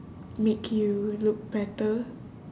make you look better